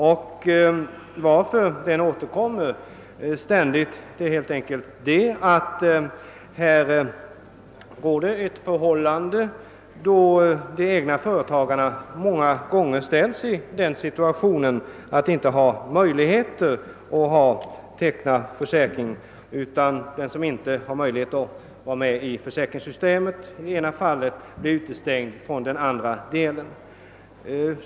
Anledningen till att den ständigt återkommer är helt enkelt den att de egna företagarna många gånger inte har ekonomiska möjligheter att vara med i försäkringssystemet. Den som inte är med i försäkringssystemets ena del blir utestängd också från den andra delen.